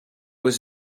was